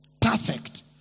Perfect